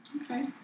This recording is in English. Okay